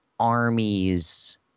armies